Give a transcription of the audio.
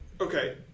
Okay